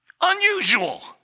Unusual